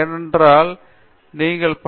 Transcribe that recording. ஏனென்றால் நீங்கள் பி